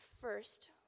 first